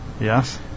Yes